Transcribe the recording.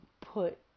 Put